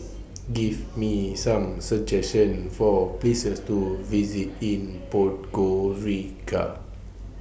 Give Me Some suggestions For Places to visit in Podgorica